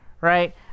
right